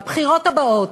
בבחירות הבאות,